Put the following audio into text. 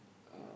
uh